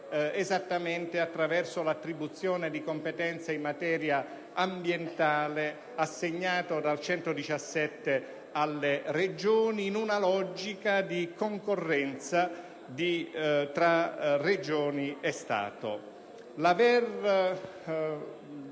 esattamente attraverso l'attribuzione di competenze in materia ambientale assegnata dall'articolo 117 alle Regioni, in una logica di concorrenza tra Regioni e Stato.